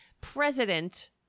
President